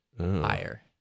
higher